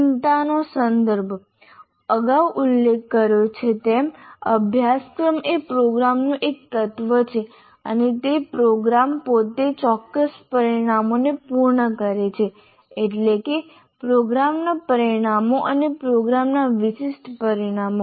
ચિંતાનો સંદર્ભ અગાઉ ઉલ્લેખ કર્યો છે તેમ અભ્યાસક્રમ એ પ્રોગ્રામનું એક તત્વ છે અને પ્રોગ્રામ પોતે ચોક્કસ પરિણામોને પૂર્ણ કરે છે એટલે કે પ્રોગ્રામના પરિણામો અને પ્રોગ્રામના વિશિષ્ટ પરિણામો